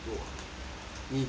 你几时买的